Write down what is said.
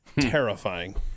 terrifying